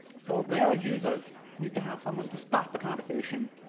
so braille users need to have someone to start the conversation